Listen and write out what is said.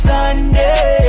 Sunday